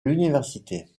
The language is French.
l’université